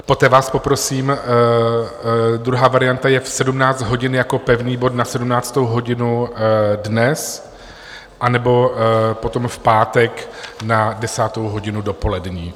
Poté vás poprosím, druhá varianta je v 17 hodin, jako pevný bod na 17. hodinu dnes, anebo potom v pátek na 10. hodinu dopolední.